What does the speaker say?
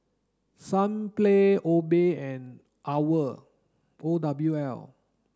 Sunplay Obey and OWL O W L